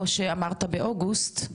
או שאמרת באוגוסט,